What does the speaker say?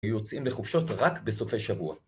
יוצאים לחופשות רק בסופי שבוע.